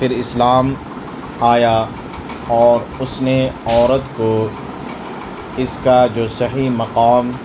پھر اسلام آیا اور اس نے عورت کو اس کا جو صحیح مقام